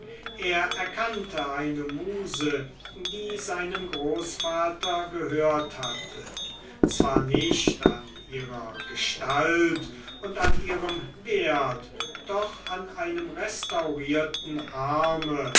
er erkannte eine muse die seinem großvater gehört hatte zwar nicht an ihrer gestalt und an ihrem wert doch an einem restaurierten arme